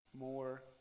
more